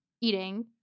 Eating